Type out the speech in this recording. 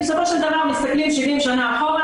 כי בסופו של דבר אם מסתכלים 70 שנה אחורה